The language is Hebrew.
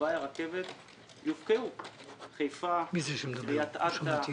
בתוואי הרכבת יופקעו: חיפה, קריית אתא,